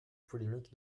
polémique